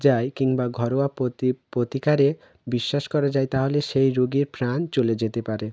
যায় কিংবা ঘরোয়া প্রতিকারে বিশ্বাস করা যায় তাহলে সেই রোগীর প্রাণ চলে যেতে পারে